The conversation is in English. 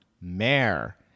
Mayor